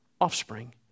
offspring